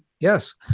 Yes